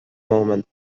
moment